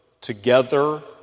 together